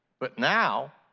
but now,